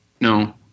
No